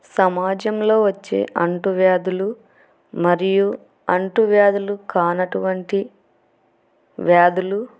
సమాజంలో వచ్చే అంటు వ్యాధులు మరియు అంటు వ్యాధులు కానటువంటి వ్యాధులు